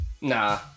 nah